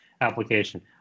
application